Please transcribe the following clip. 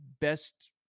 best